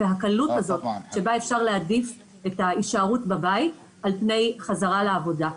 והקלות הזאת שבה אפשר להעדיף את ההישארות בבית על פני חזרה לעבודה.